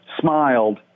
smiled